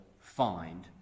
find